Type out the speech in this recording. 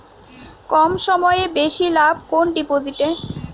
কম সময়ে বেশি লাভ কোন ডিপোজিটে?